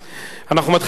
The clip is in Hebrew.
אנחנו מתחילים בדיון.